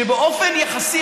כשבאופן יחסי,